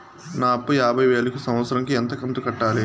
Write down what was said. నా అప్పు యాభై వేలు కు సంవత్సరం కు ఎంత కంతు కట్టాలి?